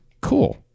cool